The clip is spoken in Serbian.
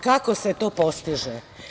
Kako se to postiže?